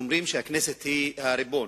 אז אומרים שהכנסת היא הריבון,